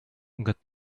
got